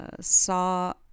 saw